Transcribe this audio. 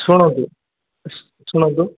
ଶୁଣନ୍ତୁ ଶୁଣନ୍ତୁ